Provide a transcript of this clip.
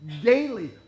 daily